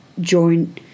join